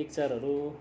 पिक्चरहरू